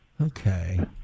Okay